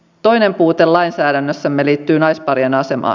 toinen puute lainsäädännössämme liittyy naisparien asemaan